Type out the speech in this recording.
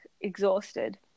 exhausted